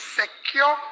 secure